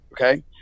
okay